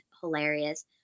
hilarious